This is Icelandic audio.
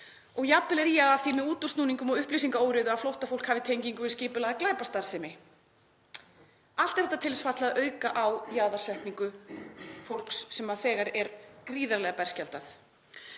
og jafnvel er ýjað að því með útúrsnúningum og upplýsingaóreiðu að flóttafólk hafi tengingu við skipulagða glæpastarfsemi. Allt er þetta til þess fallið að auka á jaðarsetningu fólks sem þegar er gríðarlega berskjaldað.